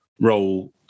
role